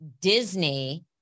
Disney